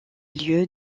lieu